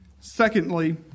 Secondly